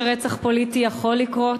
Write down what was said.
למדנו שרצח פוליטי יכול לקרות,